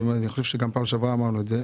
אני חושב שגם בפעם שעברה אמרנו את זה,